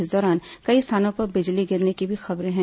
इस दौरान कई स्थानों पर बिजली गिरने की भी खबर है